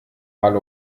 wahl